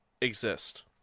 exist